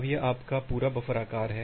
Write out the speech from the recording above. अब यह आपका पूरा बफर आकार है